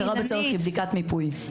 הכרה בצורך היא בדיקת מיפוי.